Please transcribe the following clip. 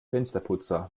fensterputzer